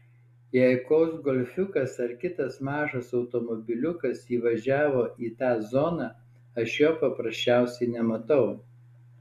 jei koks golfiukas ar kitas mažas automobiliukas įvažiavo į tą zoną aš jo paprasčiausiai nematau